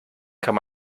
kann